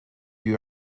you